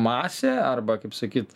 masė arba kaip sakyt